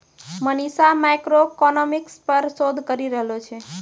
Manisha macroeconomics पर शोध करी रहलो छै